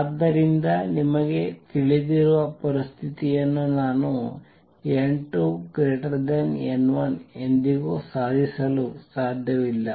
ಆದ್ದರಿಂದ ನಿಮಗೆ ತಿಳಿದಿರುವ ಪರಿಸ್ಥಿತಿಯನ್ನು ನಾನು n2 n1 ಎಂದಿಗೂ ಸಾಧಿಸಲು ಸಾಧ್ಯವಿಲ್ಲ